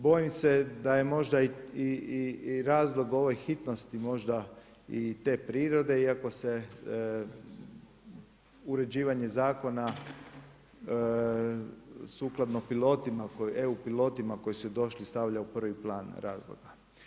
Bojim se da je možda i razlog ovoj hitnosti možda i te prirode iako se uređivanje zakona sukladno eu pilotima koji su došli stavlja u prvi plan razloga.